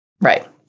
Right